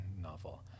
novel